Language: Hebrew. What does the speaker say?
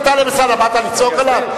אלסאנע, באת לצעוק עליו?